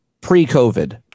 pre-COVID